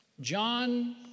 John